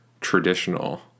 traditional